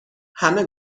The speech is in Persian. همه